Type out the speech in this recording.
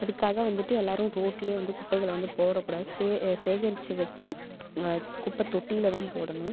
அதுக்காக வந்துட்டு எல்லாரும் ரோட்லேயே வந்து குப்பைகளை வந்து போடக்கூடாது சே சேகரித்து வச்சு குப்பைத்தொட்டியில தான் போடணும்